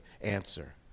answer